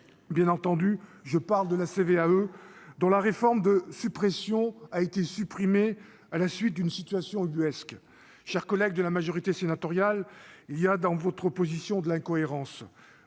bien entendu je parle de la CVAE dans la réforme de suppression a été supprimé à la suite d'une situation ubuesque, chers collègues de la majorité sénatoriale, il y a dans votre position de l'incohérence,